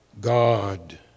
God